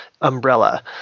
umbrella